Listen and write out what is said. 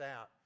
out